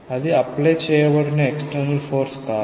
ఇది అప్లై చేయబడిన external force కాదు